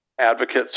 advocates